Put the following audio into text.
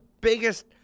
biggest